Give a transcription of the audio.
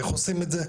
איך עושים את זה?